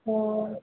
ह्म्म